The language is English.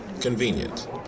convenient